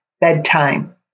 bedtime